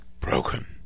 broken